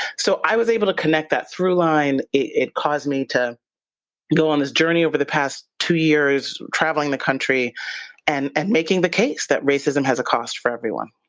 so i was able to connect that through line. it caused me to go on this journey over the past two years traveling the country and and making the case that racism has a cost for everyone.